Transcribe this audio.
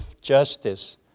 justice